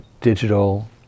digital